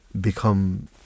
become